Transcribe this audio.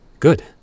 Good